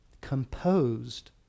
composed